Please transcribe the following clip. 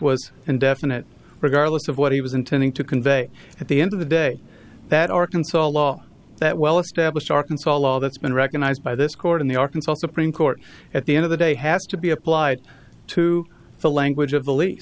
was indefinite regardless of what he was intending to convey at the end of the day that arkansas law that well established arkansas law that's been recognized by this court in the arkansas supreme court at the end of the day has to be applied to the language of the lease